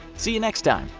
see you next time!